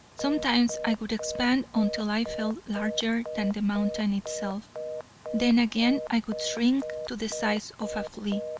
sometimes i would expand until i felt larger than the mountain itself then again i would shrink to the size of a flea.